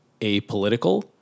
apolitical